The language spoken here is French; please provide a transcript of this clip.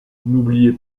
n’oubliez